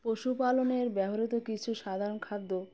পশুপালনের ব্যবহৃত কিছু সাধারণ খাদ্য